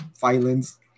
violence